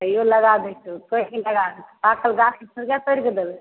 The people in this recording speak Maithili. तैओ लगा दै छिए कहै छिए पाकल गाछमे कीड़ा पड़ि गेलै